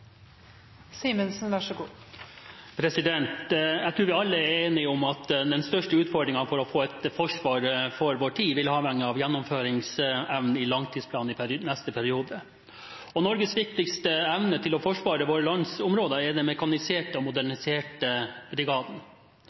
enige om at den største utfordringen for å få et forsvar for vår tid vil avhenge av gjennomføringsevnen av langtidsplanen for neste periode. Norges viktigste evne til å forsvare vårt lands områder er den mekaniserte og moderniserte brigaden.